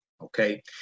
okay